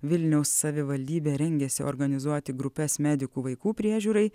vilniaus savivaldybė rengiasi organizuoti grupes medikų vaikų priežiūrai